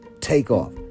Takeoff